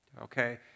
okay